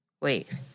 Wait